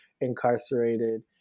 incarcerated